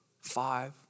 five